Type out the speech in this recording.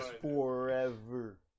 forever